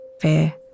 fear